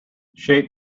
shape